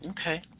Okay